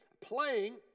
playing